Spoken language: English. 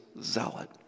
zealot